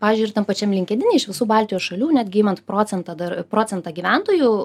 pavyzdžiui ir tam pačiam linkedine iš visų baltijos šalių netgi imant procentą dar procentą gyventojų